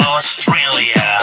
Australia